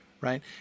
right